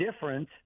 different